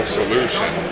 solution